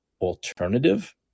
alternative